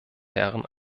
herren